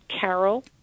carol